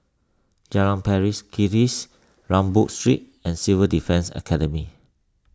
Jalan Pari Kikis Rambau Street and Civil Defence Academy